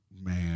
Man